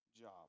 job